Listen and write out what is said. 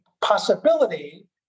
possibility